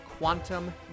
Quantum